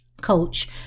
coach